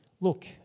Look